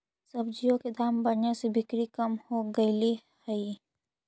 सब्जियों के दाम बढ़ने से बिक्री कम हो गईले हई